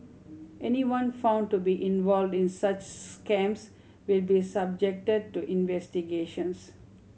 anyone found to be involved in such scams will be subjected to investigations